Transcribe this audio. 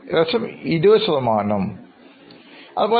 ഏകദേശം 20 ശതമാനം